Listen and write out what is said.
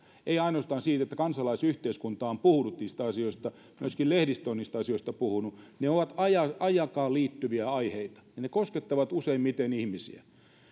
ei ainoastaan kansalaisyhteiskunta ole puhunut niistä asioista myöskin lehdistö on niistä asioista puhunut ne ovat aikaan liittyviä aiheita ja ne koskettavat useimmiten ihmisiä